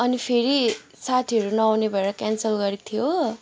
अनि फेरि साथीहरू नआउने भएर क्यान्सल गरेको थिएँ हो